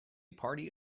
party